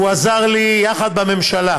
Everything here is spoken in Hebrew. הוא עזר לי, יחד, בממשלה,